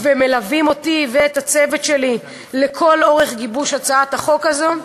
ומלווים אותי ואת הצוות שלי לכל אורך גיבוש הצעת החוק הזאת.